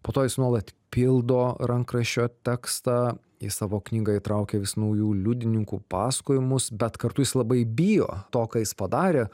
po to jis nuolat pildo rankraščio tekstą į savo knygą įtraukė vis naujų liudininkų pasakojimus bet kartu jis labai bijo to ką jis padarė